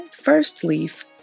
firstleaf